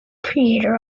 creator